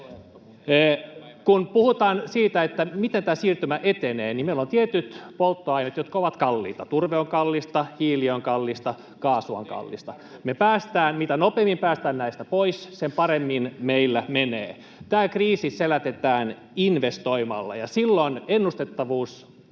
Kun puhutaan siitä, miten tämä siirtymä etenee, niin meillä ovat tietyt polttoaineet, jotka ovat kalliita: turve on kallista, hiili on kallista, kaasu on kallista. Mitä nopeammin me päästään näistä pois, sen paremmin meillä menee. Tämä kriisi selätetään investoimalla, ja silloin ennustettavuus